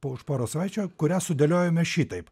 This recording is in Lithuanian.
už poros savaičių kurias sudėliojome šitaip